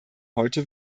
heute